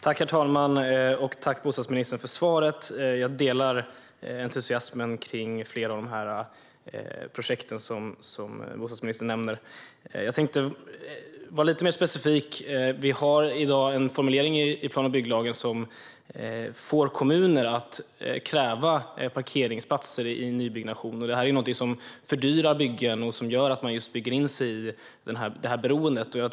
Herr talman! Tack, bostadsministern, för svaret! Jag delar entusiasmen för flera av dessa projekt som bostadsministern nämner. Jag tänkte vara lite mer specifik. Det finns i dag en formulering i plan och bygglagen som får kommuner att kräva parkeringsplatser i nybyggnationer. Det är något som fördyrar byggen och gör att man bygger in sig i beroendet.